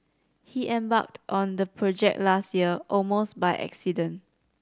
he embarked on the project last year almost by accident